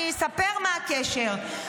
אני אספר מה הקשר,